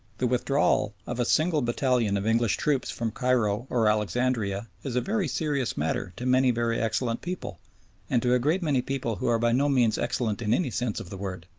the withdrawal of a single battalion of english troops from cairo or alexandria is a very serious matter to many very excellent people and to a great many people who are by no means excellent in any sense of the word.